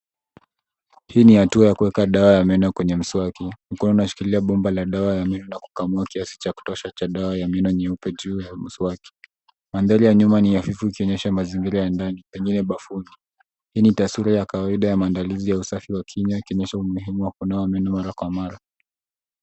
Hii ni hatua ya kuweka dawa ya meno kwenye mswaki. Mkono unashikilia bomba la dawa ya meno, na kukamua kiasi cha kutosha cha dawa ya meno nyeupe juu ya mswaki. Mandhari ya nyuma ni hafifu, ikionyesha mazingira ya ndani, pengine bafuni. Hii ni taswira ya kawaida ya maandalizi ya usafi wa kinywa, ikionyesha umuhimu wa kunawa meno mara kwa mara.